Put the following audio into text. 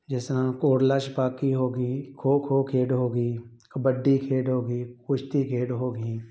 ਜਿਸ ਤਰ੍ਹਾਂ ਕੋਟਲਾ ਛਪਾਕੀ ਹੋ ਗਈ ਖੋ ਖੋ ਖੇਡ ਹੋ ਗਈ ਕਬੱਡੀ ਖੇਡ ਹੋ ਗਈ ਕੁਸ਼ਤੀ ਖੇਡ ਹੋ ਗਈ